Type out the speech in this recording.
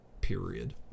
period